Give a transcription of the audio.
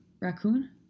Raccoon